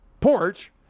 porch